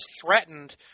threatened